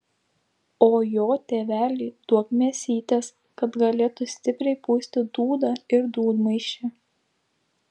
o jo tėveliui duok mėsytės kad galėtų stipriai pūsti dūdą ir dūdmaišį